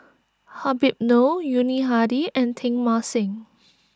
Habib Noh Yuni Hadi and Teng Mah Seng